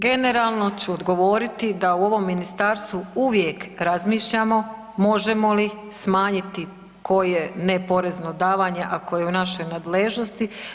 Generalno ću odgovoriti da u ovom ministarstvu uvijek razmišljamo možemo li smanjiti koje neporezno davanje ako je u našoj nadležnosti.